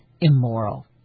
immoral